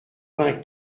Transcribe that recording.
vingt